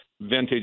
vintage